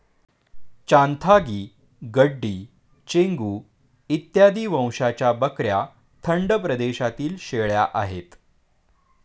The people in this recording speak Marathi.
चांथागी, गड्डी, चेंगू इत्यादी वंशाच्या बकऱ्या थंड प्रदेशातील शेळ्या आहेत